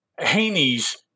Haney's